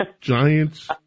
Giants